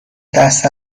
دست